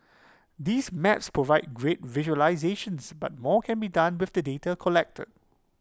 these maps provide great visualisations but more can be done with the data collected